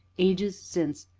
ages since,